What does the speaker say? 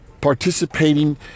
participating